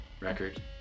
record